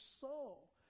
soul